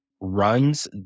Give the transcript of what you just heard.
runs